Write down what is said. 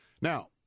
Now